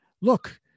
Look